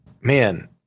man